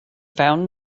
found